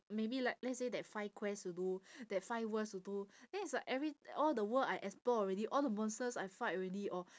maybe like let's say that five quests to do that five worlds to do then it's like every all the world I explore already all the monsters I fight already or